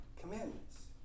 commandments